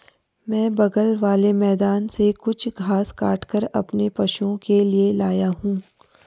मैं बगल वाले मैदान से कुछ घास काटकर अपने पशुओं के लिए लाया हूं